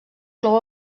clou